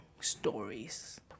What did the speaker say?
stories